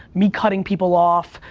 me cutting people off,